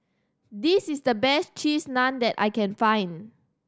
this is the best Cheese Naan that I can find